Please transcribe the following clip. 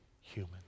human